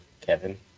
Kevin